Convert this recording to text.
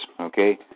okay